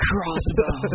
Crossbow